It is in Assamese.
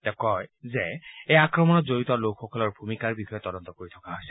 তেওঁ কয় যে এই আক্ৰমণত জড়িত লোকসকলৰ ভূমিকাৰ বিষয়ে তদন্ত কৰি থকা হৈছে